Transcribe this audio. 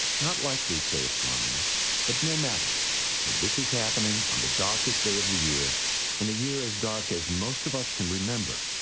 not likely say astronomers but no matter. that this is happening on the darkest day of the year in a year as dark as most of us can remember,